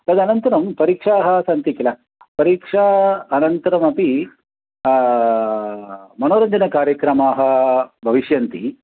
तदनन्तरं परीक्षाः सन्ति किल परीक्षा अनन्तरमपि मनोरञ्जनकार्यक्रमाः भविष्यन्ति